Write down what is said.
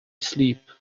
sleep